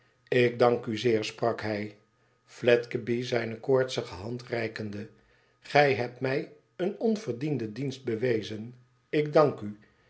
ik dank u zeer sprak hij fledgeby zijne koortsige hand reikende gij hebt mij een onverdienden dienst bewezen ik dank u